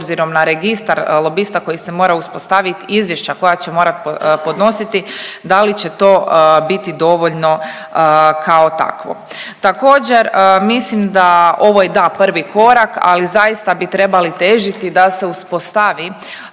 obzirom na registar lobista koji se mora uspostaviti i izvješća koja će morati podnositi, da li će to biti dovoljno kao takvo. Također, mislim da, ovo je, da, prvi korak, ali zaista bi trebali težiti da se uspostavi